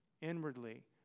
inwardly